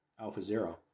AlphaZero